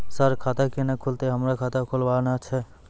Sir खाता केना खुलतै, हमरा खाता खोलवाना छै?